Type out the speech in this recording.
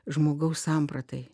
žmogaus sampratai